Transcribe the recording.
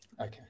Okay